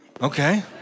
Okay